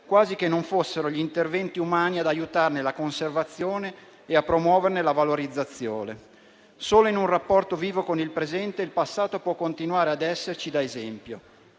quasi che non fossero gli interventi umani ad aiutarne la conservazione e a promuoverne la valorizzazione. Solo in un rapporto vivo con il presente, il passato può continuare a esserci da esempio.